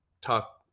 talk